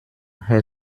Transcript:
her